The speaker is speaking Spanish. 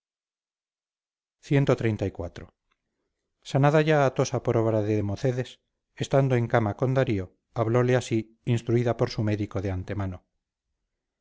avergonzarse cxxxiv sanada ya atosa por obra de democedes estando en cama con darío hablóle así instruida por su médico de antemano